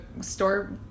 store